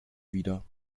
wieder